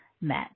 met